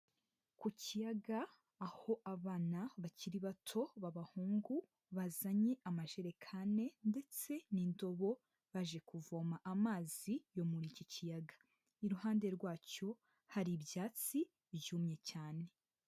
Ku kiyaga aho abana bakiri bato, b'abahungu , bazanye amajerekani ndetse n'indobo baje kuvoma amazi yo muri iki ikiyaga, iruhande rwacyo hari ibyatsi byumye cyane.